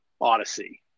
Odyssey